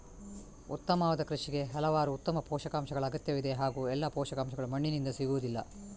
ಉತ್ತಮವಾದ ಕೃಷಿಗೆ ಹಲವಾರು ಉತ್ತಮ ಪೋಷಕಾಂಶಗಳ ಅಗತ್ಯವಿದೆ ಹಾಗೂ ಎಲ್ಲಾ ಪೋಷಕಾಂಶಗಳು ಮಣ್ಣಿನಿಂದ ಸಿಗುವುದಿಲ್ಲ